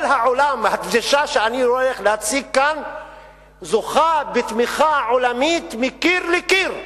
הדרישה שאני הולך להציג כאן זוכה בתמיכה עולמית מקיר לקיר,